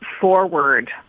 forward